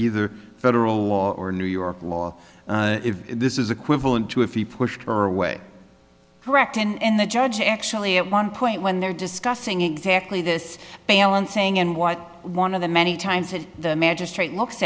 either federal law or new york law if this is equivalent to if he pushed her away correct and the judge actually at one point when they're discussing exactly this balancing and what one of the many times that the magistrate looks